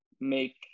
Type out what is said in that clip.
make